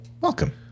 Welcome